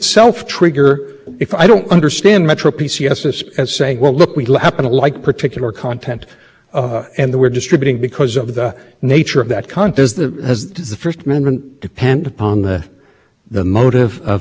give a package of of programs rather than what they're what the commission is regulating which is the providers that that promise not that you're going to get a select package of programming but that you're going to get everything on the internet